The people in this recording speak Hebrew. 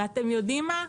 אתם יודעים מה?